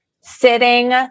sitting